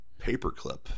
paperclip